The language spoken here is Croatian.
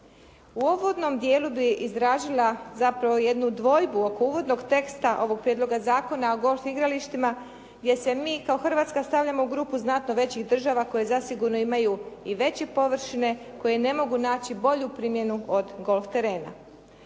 U uvodnom dijelu bih izrazila zapravo jednu dvojbu oko uvodnog teksta ovog Prijedloga zakona o golf igralištima gdje se mi kao Hrvatska stavljamo u grupu znatno većih država koje zasigurno imaju i veće površine koji ne mogu naći bolju primjenu od golf terena.